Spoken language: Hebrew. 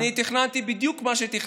אני תכננתי בדיוק מה שתכננתי.